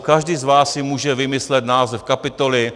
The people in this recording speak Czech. Každý z vás si může vymyslet název kapitoly.